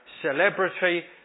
celebrity